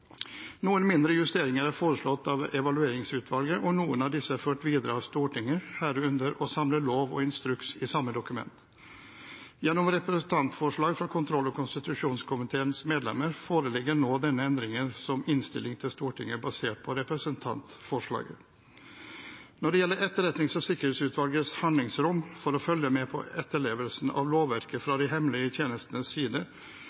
Noen mindre justeringer er foreslått av evalueringsutvalget, og noen av disse er ført videre av Stortinget, herunder å samle lov og instruks i samme dokument. Gjennom representantforslag fra kontroll- og konstitusjonskomiteens medlemmer foreligger nå denne endringen som innstilling til Stortinget, basert på representantforslaget. Når det gjelder etterretnings- og sikkerhetsutvalgets handlingsrom for å følge med på etterlevelsen av lovverket fra de hemmelige tjenestenes side,